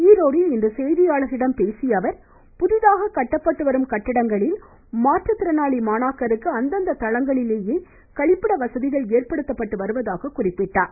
ஈரோட்டில் இன்று செய்தியாளர்களிடம் பேசியஅவர் புதிதாக கட்டப்பட்டுவரும் கட்டிடங்களில் மாற்றத்திறனாளி மாணவர்களுக்கு அந்தந்த தளங்களிலேயே கழிப்பிட வசதிகள் ஏற்படுத்தப்பட்டு வருவதாக குறிப்பிட்டார்